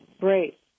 Great